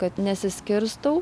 kad nesiskirstau